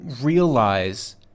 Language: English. realize